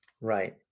Right